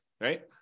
right